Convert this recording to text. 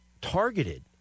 targeted